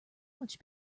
much